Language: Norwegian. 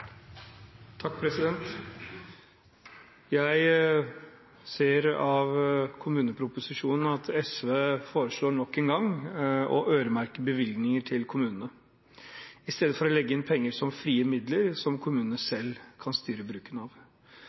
Jeg ser av innstillingen til kommuneproposisjonen at SV foreslår nok en gang å øremerke bevilgninger til kommunene, istedenfor å legge inn penger som frie midler, som kommunene selv kan styre bruken av.